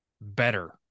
better